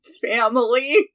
family